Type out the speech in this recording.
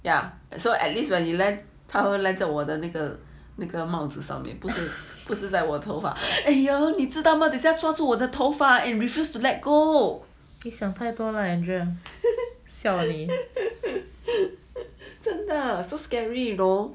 ya so at least when at least 它 land 在我的那个那个帽子上面不是不是在我头发 !aiyo! 你知道吗等下抓住我的头发 and refuse to let go so scary you know